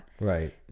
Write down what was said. Right